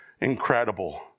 Incredible